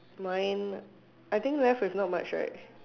mine I think left with not much right